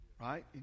right